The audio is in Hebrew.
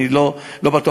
אני לא בטוח,